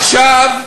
עכשיו,